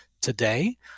today